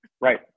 Right